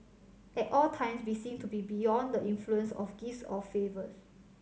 at all times be seen to be beyond the influence of gifts or favours